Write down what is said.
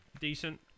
decent